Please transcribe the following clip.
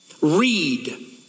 Read